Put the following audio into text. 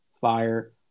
fire